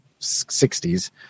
60s